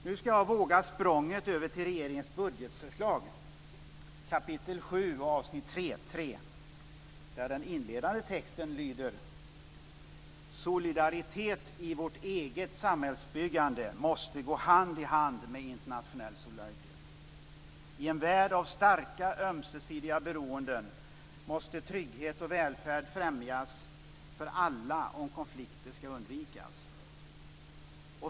Nu ska jag våga språnget över till regeringens budgetförslag, kapitel sju, avsnitt 3.3, där den inledande texten lyder: "Solidaritet i vårt eget samhällsbyggande måste gå hand i hand med internationell solidaritet. I en värld av starka ömsesidiga beroenden, måste trygghet och välfärd främjas för alla, om konflikter skall undvikas."